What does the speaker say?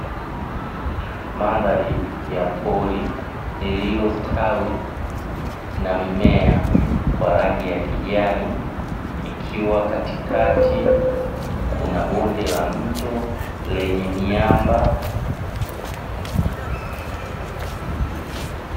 Madhari ya pori lililostawi na mimea ya rangi ya kijani ikiwa katikati kuna bonde la mto lenye miamba.